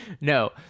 No